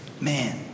Man